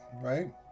right